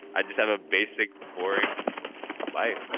i just have a basic boring life